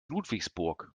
ludwigsburg